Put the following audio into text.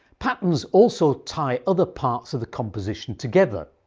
patterns also tie other parts of the composition together.